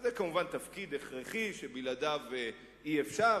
שזה כמובן תפקיד הכרחי שבלעדיו אי-אפשר,